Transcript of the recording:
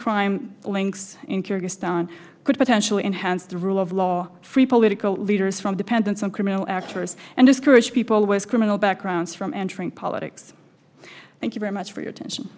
kyrgyzstan could potentially enhance the rule of law free political leaders from dependence on criminal actors and discourage people with criminal backgrounds from entering politics thank you very much for your tension